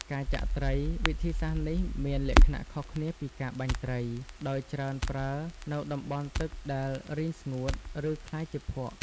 ការចាក់ត្រី វិធីសាស្ត្រនេះមានលក្ខណៈខុសគ្នាពីការបាញ់ត្រី ដោយច្រើនប្រើនៅតំបន់ទឹកដែលរីងស្ងួត ឬក្លាយជាភក់។